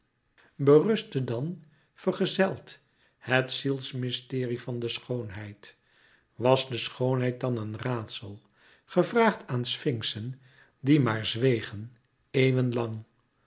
berustte dan verzegeld het zielsmysterie van de schoonheid was schoonheid dan een raadsel gevraagd aan sfinxen die maar zwegen eeuwen